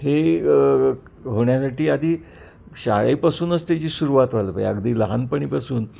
हे होण्यासाठी आधी शाळेपासूनच त्याची सुरुवात व्हायला पाहिजे अगदी लहानपणीपासून